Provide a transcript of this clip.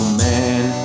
man